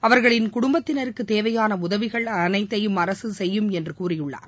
அவர்களின் குடும்பத்தினருக்கு தேவையான உதவிகள் அனைத்தையும் அரசு செய்யும் என்று கூறியுள்ளார்